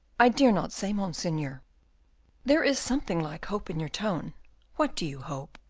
i dare not say, monseigneur. there is something like hope in your tone what do you hope?